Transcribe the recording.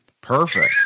Perfect